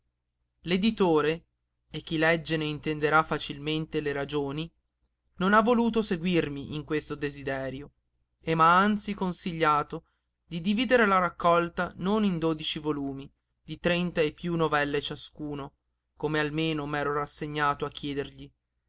l'editore e chi legge ne intenderà facilmente le ragioni non ha voluto seguirmi in questo desiderio e m'ha anzi consigliato di dividere la raccolta non in dodici volumi di trenta e piú novelle ciascuno come almeno m'ero rassegnato a chiedergli